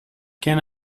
can